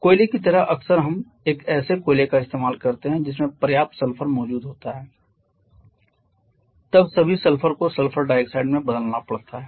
कोयले की तरह अक्सर हम एक ऐसे कोयले का इस्तेमाल करते हैं जिसमें पर्याप्त सल्फर मौजूद होता है तब सभी सल्फर को सल्फर डाइऑक्साइड में बदलना पड़ता है